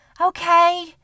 Okay